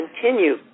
continue